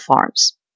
farms